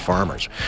farmers